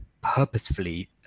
purposefully